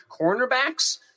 cornerbacks